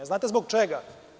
Znate li zbog čega?